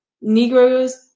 Negroes